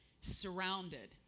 surrounded